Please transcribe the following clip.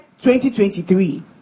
2023